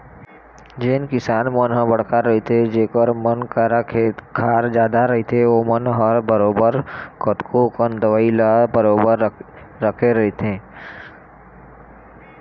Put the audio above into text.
जेन किसान मन ह बड़का रहिथे जेखर मन करा खेत खार जादा रहिथे ओमन ह बरोबर कतको कन दवई ल बरोबर रखे रहिथे